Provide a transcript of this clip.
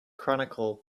chronicle